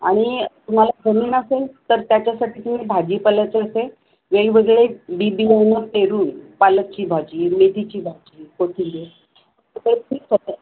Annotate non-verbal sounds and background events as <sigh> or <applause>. आणि तुम्हाला जमीन असेल तर त्याच्यासाठी तुम्ही भाजीपाल्याचे असे वेगवेगळे बी बियाणं पेरून पालकची भाजी मेथीची भाजी कोथिंबीर <unintelligible>